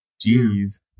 Jeez